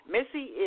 Missy